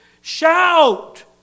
shout